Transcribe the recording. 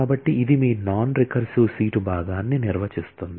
కాబట్టి ఇది మీ నాన్ రికర్సివ్ సీటు భాగాన్ని నిర్వచిస్తుంది